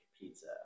pizza